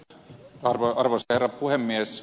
arvoisa herra puhemies